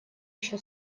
еще